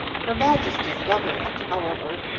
her majesty's government, however,